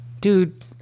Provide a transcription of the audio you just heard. dude